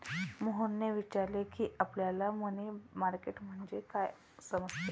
मोहनने विचारले की, आपल्याला मनी मार्केट म्हणजे काय समजते?